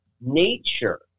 nature